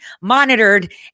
monitored